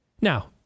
Now